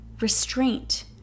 restraint